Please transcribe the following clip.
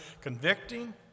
convicting